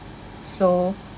so